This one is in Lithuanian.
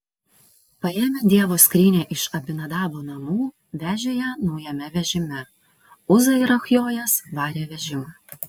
paėmę dievo skrynią iš abinadabo namų vežė ją naujame vežime uza ir achjojas varė vežimą